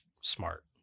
smart